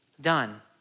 done